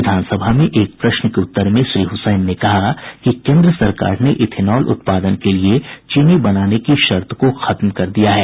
विधान सभा में एक प्रश्न के उत्तर में श्री हुसैन ने कहा कि केन्द्र सरकार ने इथेनॉल उत्पादन के लिए चीनी बनाने की शर्त को खत्म कर दिया है